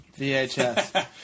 VHS